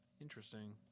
Interesting